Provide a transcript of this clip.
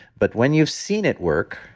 but when you've seen it work,